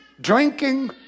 drinking